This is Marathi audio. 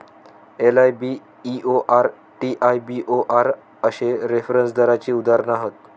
एल.आय.बी.ई.ओ.आर, टी.आय.बी.ओ.आर अश्ये रेफरन्स दराची उदाहरणा हत